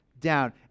down